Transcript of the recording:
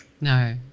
No